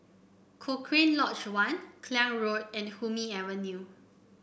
Cochrane Lodge One Klang Road and Hume Avenue